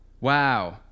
wow